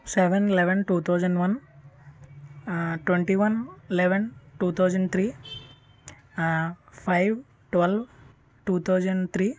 seven eleven two thousand one twenty one eleven two thousand three five twelve two thousand three